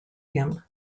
him